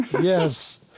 yes